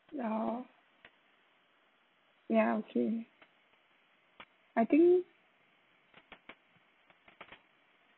oh ya okay I think